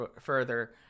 further